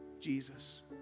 Jesus